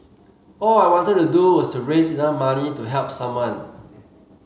all I wanted to do was to raise enough money to help someone